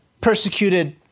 persecuted